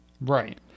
right